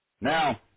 Now